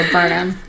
Burnham